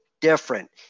different